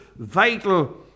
vital